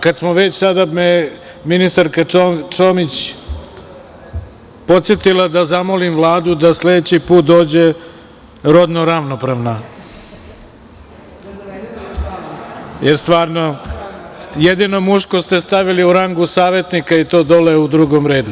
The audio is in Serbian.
Kad smo već kod toga, sada me ministarka Čomić podsetila da zamolim Vladu da sledeći put dođe rodno ravnopravna, jer stvarno, jedino muško ste stavili u rangu savetnika i to dole u drugom redu.